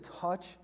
touch